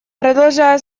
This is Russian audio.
продолжая